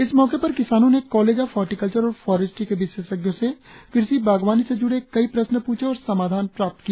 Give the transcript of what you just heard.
इस मौके पर किसानों ने कॉलेज ऑफ हर्टिकल्वर और फॉरेस्ट्री के विशेषज्ञों से कृषि बागवानी से जुड़े कई प्रश्न पूछे और समाधान प्राप्त किया